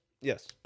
Yes